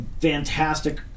fantastic